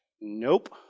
Nope